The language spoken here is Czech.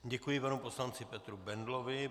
Děkuji panu poslanci Petru Bendlovi.